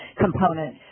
component